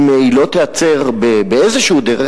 אם זה לא ייעצר באיזו דרך,